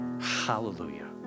hallelujah